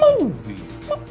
Movie